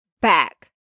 back